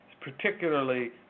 particularly